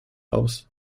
aus